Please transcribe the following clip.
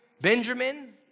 Benjamin